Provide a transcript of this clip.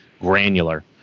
granular